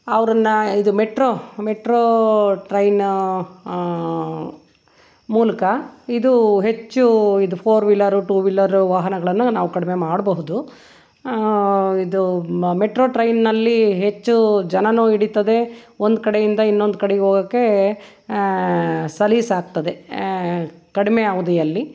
ಅವರನ್ನ ಇದು metro metro train ಮೂಲಕ ಇದೂ ಹೆಚ್ಚೂ ಇದು ಫೋರ್ ವೀಲರು ಟು ವೀಲರು ವಾಹನಗಳನ್ನು ನಾವು ಕಡಿಮೆ ಮಾಡಬಹುದು ಇದು ಮೆಟ್ರೋ ಟ್ರೈನಿನಲ್ಲಿ ಹೆಚ್ಚು ಜನಾನೂ ಹಿಡೀತದೆ ಒಂದು ಕಡೆಯಿಂದ ಇನ್ನೊಂದು ಕಡೆಗ್ ಹೋಗೋಕೆ ಸಲೀಸಾಗ್ತದೆ ಕಡಿಮೆ ಅವಧಿಯಲ್ಲಿ